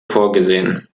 vorgesehen